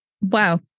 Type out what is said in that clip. wow